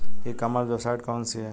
ई commerce website कौन सी है?